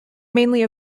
mainly